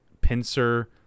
pincer